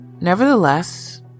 Nevertheless